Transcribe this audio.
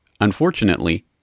Unfortunately